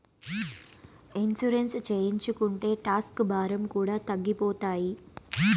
insurance చేయించుకుంటే tax భారం కూడా తగ్గిపోతాయి